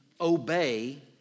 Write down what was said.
obey